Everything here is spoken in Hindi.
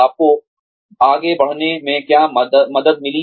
आपको आगे बढ़ने में क्या मदद मिली